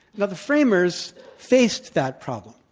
now, the framers faced that problem.